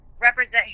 represent